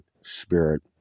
spirit